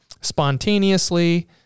spontaneously